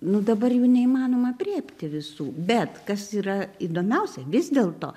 nu dabar jų neįmanoma aprėpti visų bet kas yra įdomiausia vis dėlto